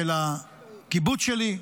של הקיבוץ שלי,